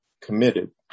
committed